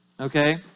Okay